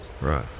Right